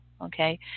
Okay